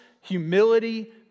humility